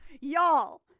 y'all